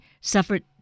suffered